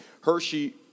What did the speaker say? Hershey –